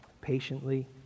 patiently